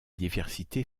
diversité